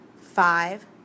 Five